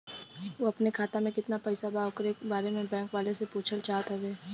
उ अपने खाते में कितना पैसा बा ओकरा बारे में बैंक वालें से पुछल चाहत हवे?